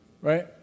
right